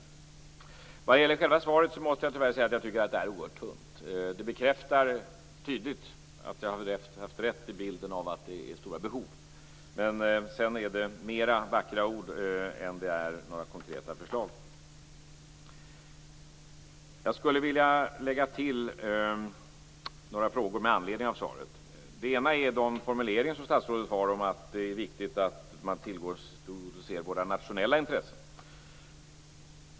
När det gäller själva svaret måste jag tyvärr säga att jag tycker att det är oerhört tunt. Det bekräftar tydligt att jag har haft rätt i fråga om bilden av att det finns stora behov. Men sedan är det mer vackra ord än konkreta förslag. Jag skulle vilja ställa ytterligare några frågor med anledning av svaret. Den ena gäller statsrådets formuleringar om att det är viktigt att man tillgodoser våra nationella intressen.